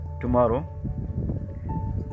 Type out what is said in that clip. tomorrow